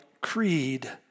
Creed